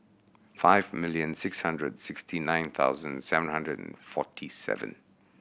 five million six hundred sixty nine thousand seven hundred and forty seven